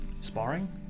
Sparring